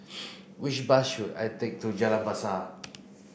which bus should I take to Jalan Besar